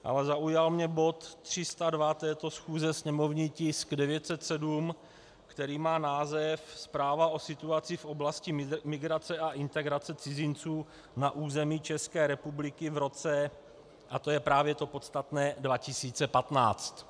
Ale zaujal mě bod 302 této schůze, sněmovní tisk 907, který má název Zpráva o situaci v oblasti migrace a integrace cizinců na území České republiky v roce a to je právě to podstatné 2015.